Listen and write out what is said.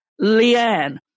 leanne